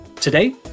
Today